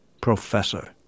professor